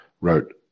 wrote